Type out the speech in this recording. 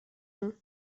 nom